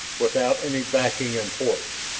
without any backing in force,